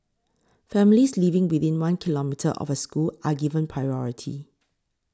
families living within one kilometre of a school are given priority